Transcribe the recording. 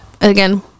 again